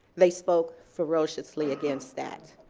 they spoke ferociously against that.